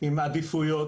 עם עדיפויות,